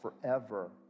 forever